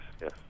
yes